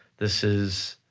this is